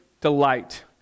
delight